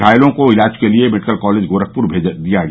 घायलों को इलाज के लिए मेडिकल कॉलेज गोरखपुर भेजा दिया गया